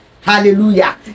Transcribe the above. Hallelujah